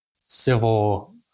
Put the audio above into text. civil